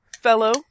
fellow